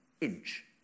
inch